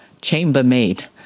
chambermaid